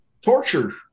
torture